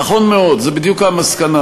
נכון מאוד, זו בדיוק המסקנה.